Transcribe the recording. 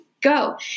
go